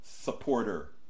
supporter